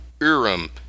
Urim